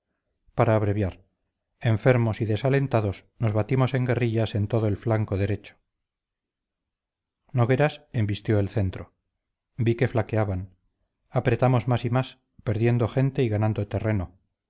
para abreviar enfermos y desalentados nos batimos en guerrillas en todo el flanco derecho nogueras embistió el centro vi que flaqueaban apretamos más y más perdiendo gente y ganando terreno